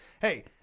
hey